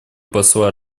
посла